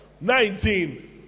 Nineteen